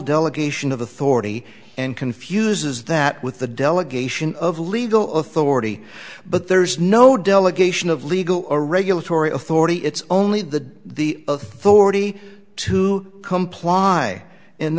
delegation of authority and confuses that with the delegation of legal authority but there's no delegation of legal or regulatory authority it's only the the authority to comply and